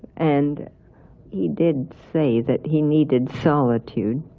and he did say that he needed solitude.